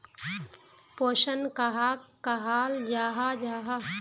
पोषण कहाक कहाल जाहा जाहा?